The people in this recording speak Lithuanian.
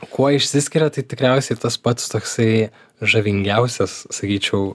kuo išsiskiria tai tikriausiai tas pats toksai žavingiausias sakyčiau